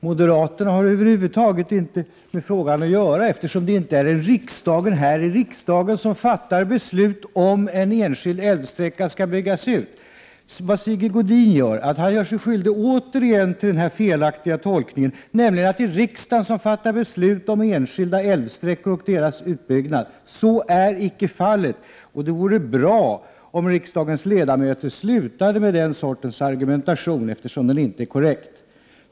Moderaterna har över huvud taget inte med frågan att göra, eftersom det inte är vi här i riksdagen som fattar beslut om huruvida en enskild älvsträcka skall byggas ut eller inte. Sigge Godin gör sig återigen skyldig till den felaktiga tolkning som innebär att det är riksdagen som fattar beslut om enskilda älvsträckor och deras eventuella utbyggnad. Så är icke fallet! Det vore bra om riksdagens ledamöter slutade med den sortens argumentation, eftersom den inte är korrekt.